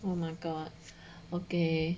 oh my god okay